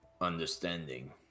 understanding